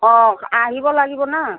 অঁ আহিব লাগিব ন